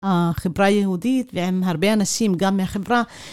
חברה יהודית והם הרבה אנשים גם מהחברה.